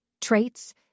Traits